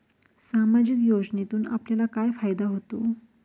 सामाजिक योजनेतून आपल्याला काय फायदा होतो?